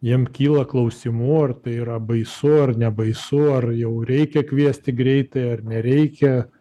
jiem kyla klausimų ar tai yra baisu ar nebaisu ar jau reikia kviesti greitąją ar nereikia